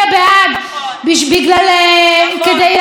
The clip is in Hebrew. כדי להשאיר את ש"ס בממשלה נכון.